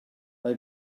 mae